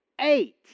eight